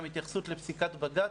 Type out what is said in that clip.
גם התייחסות לפסיקת בג"ץ,